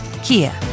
Kia